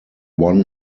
won